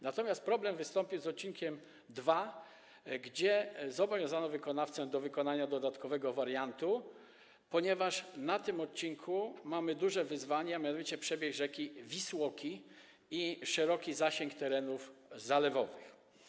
Natomiast wystąpił problem z odcinkiem nr 2, gdzie zobowiązano wykonawcę do wykonania dodatkowego wariantu, ponieważ na tym odcinku mamy duże wyzwanie, a mianowicie przebieg rzeki Wisłoki i szeroki zasięg terenów zalewowych.